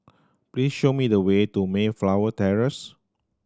please show me the way to Mayflower Terrace